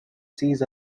sees